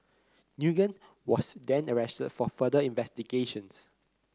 Nguyen was then arrested for further investigations